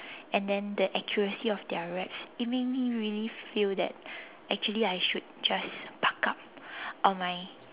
and then the accuracy of their raps it make me really feel that actually I should just buck up on my